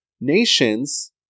nations